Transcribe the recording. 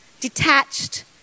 detached